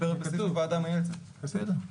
בסדר,